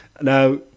Now